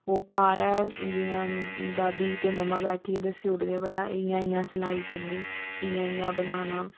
ओह् घार जियां दादी ते ममा बैठिये दस्सी ओड़दे भला इयां इयां सलाई करनी इयां इयां बनाना